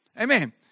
Amen